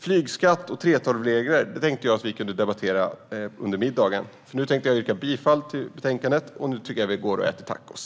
Flygskatt och 3:12-regler tänkte jag att vi kunde debattera under middagen. Därför yrkar jag nu bifall till utskottets förslag. Nu tycker jag att vi går och äter tacos.